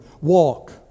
walk